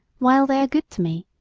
while they are good to me.